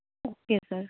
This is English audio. okay sir